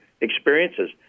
experiences